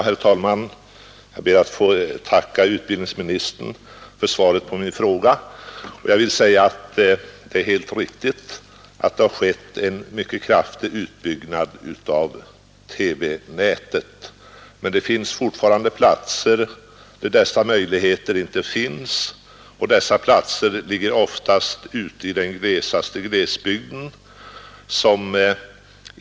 Herr talman! Jag ber att få tacka utbildningsministern för svaret på min fråga. Det är helt riktigt att det har skett en mycket kraftig utbyggnad av TV-nätet, men fortfarande återstår det platser där det inte finns någon möjlighet att se på TV 2, och dessa platser ligger oftast långt ute i den glesaste glesbygden.